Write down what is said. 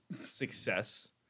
success